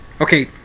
Okay